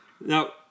Now